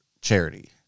charity